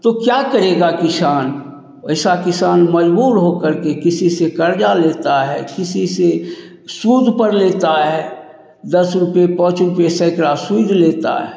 तो का करेगा किसान ऐसे किसान मजबूर हो करके किसी से कर्ज़ लेता है किसी से सूद पर लेता है दस रुपये पाँच रुपये सैंकड़ों सूद लेता है